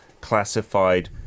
classified